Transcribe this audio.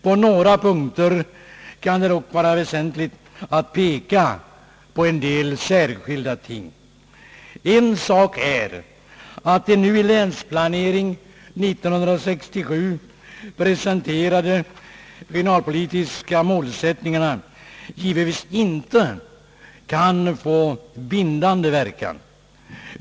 På några punkter kan det dock vara väsentligt att peka på en del särskilda ting. En sak är att de nu i Länsplanering 67 presenterade regionalpolitiska mål sättningarna givetvis inte kan få bindande verkan.